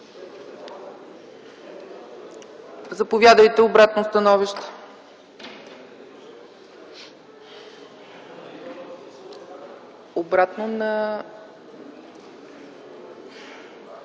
Заповядайте, обратно становище.